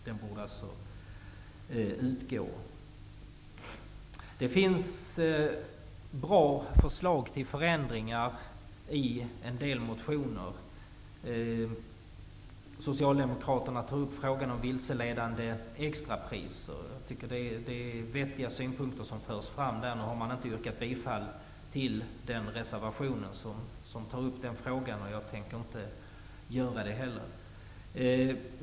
Den borde alltså utgå. Det finns bra förslag till förändringar i en del motioner. Socialdemokraterna tar upp frågan om vilseledande extrapriser. Det är vettiga synpunkter som förs fram. Man yrkar emellertid inte bifall till den aktuella reservationen och inte heller jag tänker göra det.